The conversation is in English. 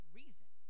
reason